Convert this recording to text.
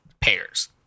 pairs